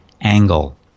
angle